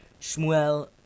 Shmuel